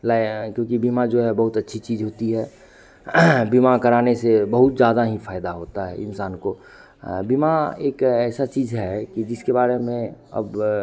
लाए क्योंकि बीमा जो है बहुत अच्छी चीज़ होती है बीमा बीमा कराने से बहुत ज़्यादा हीं फायदा होता है इंसान को बीमा एक ऐसी चीज़ है कि जिसके बारे में अब